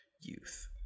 youth